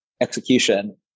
execution